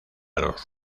los